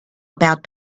about